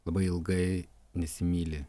labai ilgai nesimyli